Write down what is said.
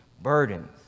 burdens